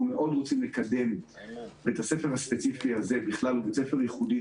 אנחנו מאוד רוצים לקדם בית הספר הספציפי הזה הוא בית ספר ייחודי,